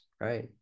Right